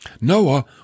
Noah